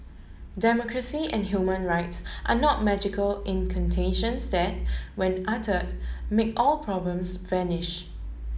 democracy and human rights are not magical incantations that when uttered make all problems vanish